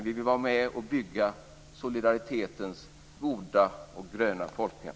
Vi vill vara med och bygga solidaritetens goda och gröna folkhem.